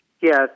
Yes